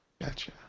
Gotcha